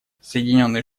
соединенные